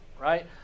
right